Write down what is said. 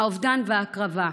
האובדן וההקרבה.